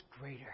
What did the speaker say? greater